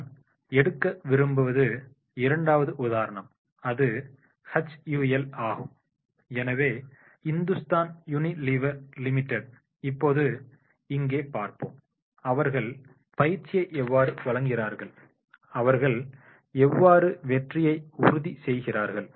நான் எடுக்க விரும்பும் இரண்டாவது உதாரணம் அது HUL ஆகும் எனவே இந்துஸ்தான் யூனிலீவர் லிமிடெட் இப்போது இங்கே பார்ப்போம் அவர்கள் பயிற்சியை எவ்வாறு வழங்குகிறார்கள் அவர்கள் எவ்வாறு வெற்றியை உறுதி செய்கிறார்கள்